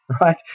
Right